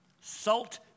Salt